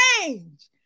change